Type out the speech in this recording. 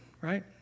right